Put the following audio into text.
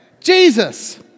Jesus